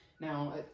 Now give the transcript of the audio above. Now